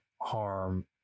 harm